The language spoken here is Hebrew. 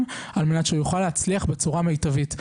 על מנת שהוא יוכל להצליח בצורה מיטבית.